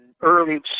early